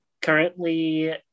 currently